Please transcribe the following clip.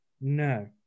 No